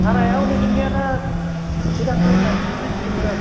भाराया हले नोंनिया दा गोजानफुर होन्नानैसो थांनांसिगोन नोङो